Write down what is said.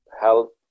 help